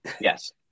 Yes